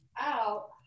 out